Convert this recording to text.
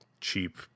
cheap